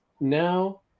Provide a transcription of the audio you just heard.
now